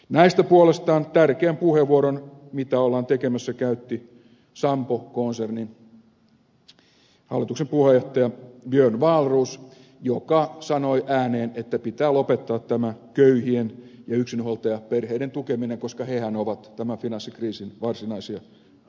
näistä mitä ollaan tekemässä puolestaan tärkeän puheenvuoron käytti sampo konsernin hallituksen puheenjohtaja björn wahlroos joka sanoi ääneen että pitää lopettaa tämä köyhien ja yksinhuoltajaperheiden tukeminen koska hehän ovat tämän finanssikriisin varsinaisia syypäitä